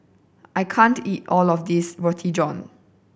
I can't eat all of this Roti John